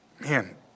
Man